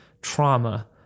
trauma